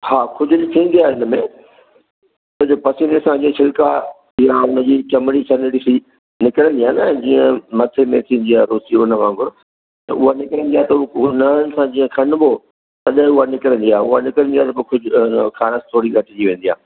हा खुजली थींदी आहे हिन में पंहिंजे पसीने सां जीअं छिल्का या हुनजी चमिड़ी ॾिसी निकिरंदी आहे न जीअं मथे में थींदी आहे रुसी हुन वांगुरु त उहा निकिरंदी आहे त हुन सां जीअं खनिबो तॾहिं उहा निकिरंदी आहे उहा निकिरंदी आहे त पोइ खारिस थोरी घटि थी वेंदी आहे